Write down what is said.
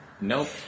Nope